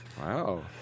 Wow